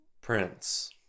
Prince